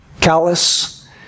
callous